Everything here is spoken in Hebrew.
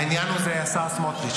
העניין הוא השר סמוטריץ'.